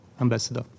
Ambassador